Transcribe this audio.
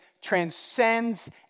transcends